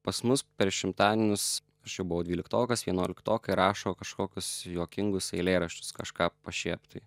pas mus per šimtadienius aš jau buvau dvyliktokas vienuoliktokai rašo kažkokius juokingus eilėraščius kažką pašiept tai